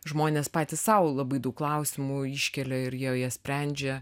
žmonės patys sau labai daug klausimų iškelia ir jau jie sprendžia